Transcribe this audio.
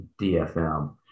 DFM